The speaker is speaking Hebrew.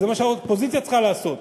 וזה מה שהאופוזיציה צריכה לעשות,